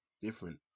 different